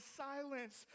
silence